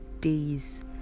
days